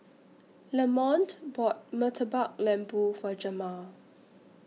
Lamont bought Murtabak Lembu For Jemal